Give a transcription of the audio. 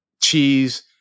cheese